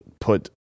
put